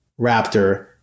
Raptor